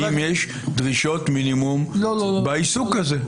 האם יש דרישות מינימום בעיסוק הזה?